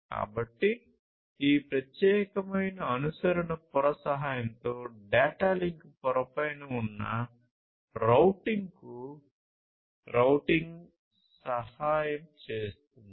కాబట్టి ఈ ప్రత్యేకమైన అనుసరణ పొర సహాయంతో డేటా లింక్ పొర పైన ఉన్న రౌటింగ్కు రౌటింగ్ సహాయం చేస్తుంది